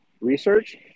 research